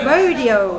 Rodeo